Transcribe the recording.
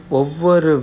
over